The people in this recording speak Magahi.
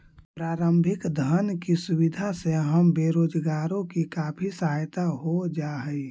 प्रारंभिक धन की सुविधा से हम बेरोजगारों की काफी सहायता हो जा हई